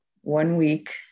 one-week